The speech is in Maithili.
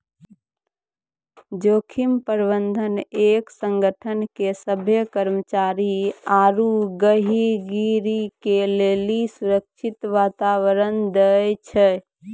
जोखिम प्रबंधन एक संगठन के सभ्भे कर्मचारी आरू गहीगी के लेली सुरक्षित वातावरण दै छै